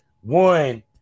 One